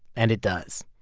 and it does.